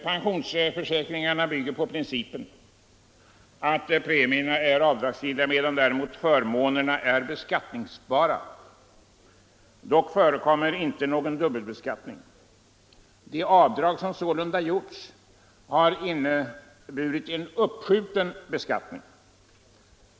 Pensionsförsäkringarna bygger på principen att premierna är avdragsgilla, medan däremot förmånerna är beskattningsbara. Dock förekommer inte någon dubbelbeskattning. De avdrag som sålunda gjorts har inneburit en uppskjuten beskattning.